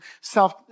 self